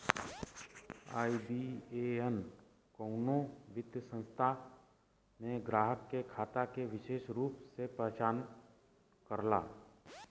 IBAN कउनो वित्तीय संस्थान में ग्राहक के खाता के विसेष रूप से पहचान करला